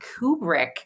Kubrick